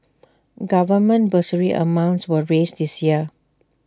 government bursary amounts were raised this year